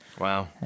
Wow